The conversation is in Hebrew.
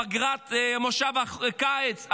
פגרת כנס הקיץ,